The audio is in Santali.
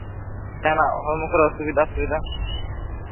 ᱡᱟᱦᱟᱱᱟᱜ ᱦᱚᱲᱢᱚ ᱠᱚᱨᱮ ᱥᱩᱵᱤᱫᱷᱟ ᱚᱥᱩᱵᱤᱫᱷᱟ